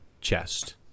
chest